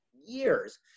years